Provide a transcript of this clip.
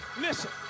Listen